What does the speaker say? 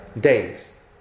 days